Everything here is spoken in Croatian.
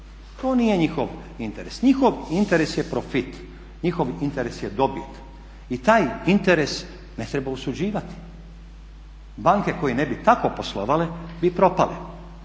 To nije njihov interes, njihov interes je profit, njihov interes je dobit. I taj interes ne treba osuđivati. Banke koje ne bi tako poslovale bi propale.